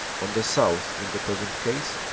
on the south in the present case,